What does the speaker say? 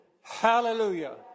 Hallelujah